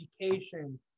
education